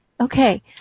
Okay